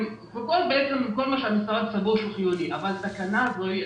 כל מה שהמשרד סבור שהוא חיוני אבל התקנה זאת היא